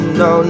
no